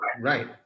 Right